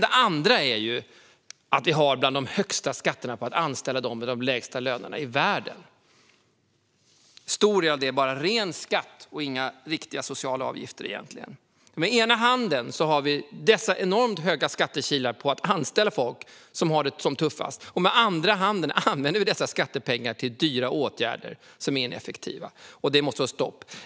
Det andra låset är att vi har bland de högsta skatterna i världen på att anställa dem med de lägsta lönerna. En stor del av det är bara ren skatt och egentligen inga riktiga sociala avgifter. I ena handen har vi dessa enormt höga skattekilar på att anställa dem som har det tuffast, och med andra handen använder vi dessa skattepengar till dyra åtgärder som är ineffektiva. Det måste det bli stopp på.